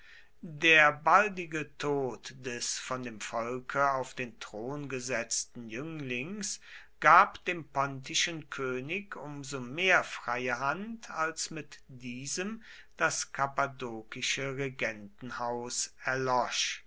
der baldige tod des von dem volke auf den thron gesetzten jünglings gab dem pontischen könig um so mehr freie hand als mit diesem das